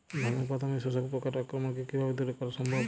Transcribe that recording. ধানের বাদামি শোষক পোকার আক্রমণকে কিভাবে দূরে করা সম্ভব?